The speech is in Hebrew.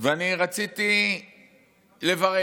ואני רציתי לברך